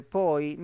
poi